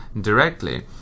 directly